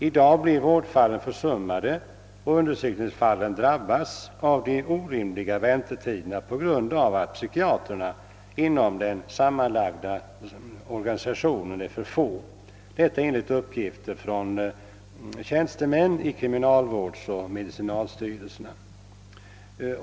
I dag blir vårdfallen försummade, och undersökningsfallen drabbas av orimliga väntetider på grund av att psykiatrerna inom den sammanlagda organisationen är för få. Dessa uppgifter har jag fått från tjänstemän vid kriminalvårdsoch medicinalstyrelserna.